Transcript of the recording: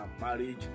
marriage